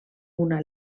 una